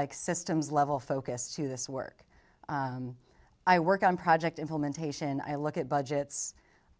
like systems level focus to this work i work on project implementation i look at budgets